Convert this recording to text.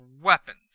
weapons